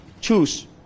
choose